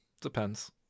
depends